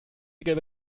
gelbe